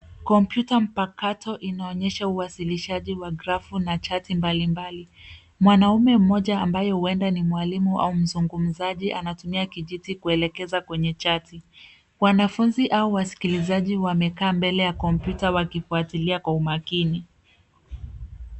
Kompyuta mpakato inaonyesha uwazilishaji wa (cs)graph(cs) na chati mbalimbali. Mwanaume mmoja ambaye huenda mwalimu au mzungumzaji anatumia kijiti kuelekea kwenye chati. Wanafunzi au wasikizaji wamekaa mbele ya kompyuta wakifuatilia kwa umakini.